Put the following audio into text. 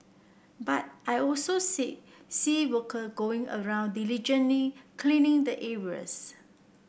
but I also see see worker going around diligently cleaning the areas